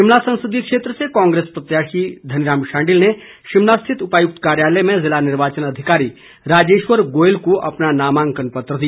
शिमला संसदीय क्षेत्र से कांग्रेस प्रत्याशी धनीराम शांडिल ने शिमला स्थित उपायुक्त कार्यालय में जिला निर्वाचन अधिकारी राजेश्वर गोयल को अपना नामांकन पत्र दिया